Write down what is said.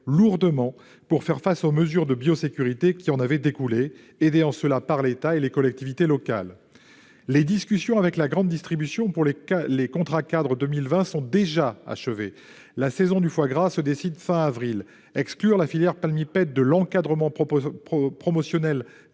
lourdement pour faire face aux mesures de biosécurité qui en avaient découlé, aidés en cela par l'État et les collectivités locales. Les discussions avec la grande distribution pour les contrats-cadres 2020 sont déjà achevées. La saison du foie gras se décide fin avril. Exclure la filière palmipèdes de l'encadrement promotionnel